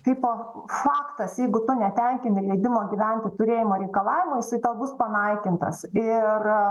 kaipo faktas jeigu tu netenkini leidimo gyvent turėjimo reikalavimų jisai tau bus panaikintas ir